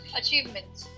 achievements